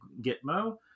Gitmo